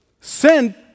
sent